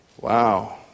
wow